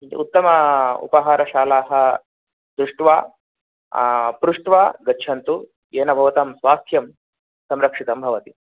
किञ्चित् उत्तम उपहारशालाः दृष्ट्वा पृष्ट्वा गच्छन्तु येन भवतां स्वास्थ्यं संरक्षितं भवति